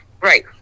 Right